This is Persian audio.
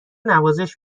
نوازش